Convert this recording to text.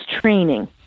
training